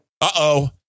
Uh-oh